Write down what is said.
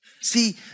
See